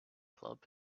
club